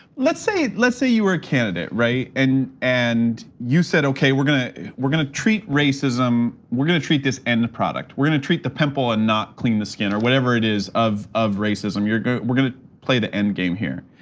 let's say let's say you were a candidate, right? and and you said okay, we're gonna we're gonna treat racism, we're gonna treat this end product. we're gonna treat the pimple and not clean the skin, or whatever it is of of racism. we're gonna play the end game here.